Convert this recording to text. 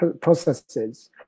processes